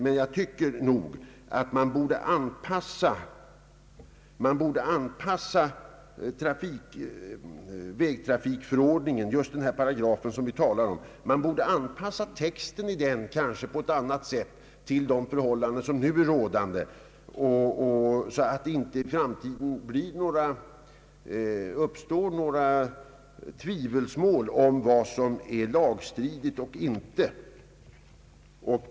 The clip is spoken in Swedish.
Men jag tycker nog att man bör anpassa texten just i denna paragraf i vägtrafikförordningen på ett annat sätt till de förhållanden som nu råder, så att några tvivelsmål i framtiden inte uppstår om vad som är lagstridigt.